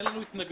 אין לנו התנגדות